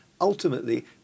Ultimately